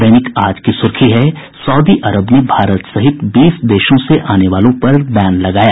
दैनिक आज की सुर्खी है सउदी अरब ने भारत सहित बीस देशों से आने वालों पर बैन लगाया